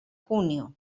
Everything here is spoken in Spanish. junio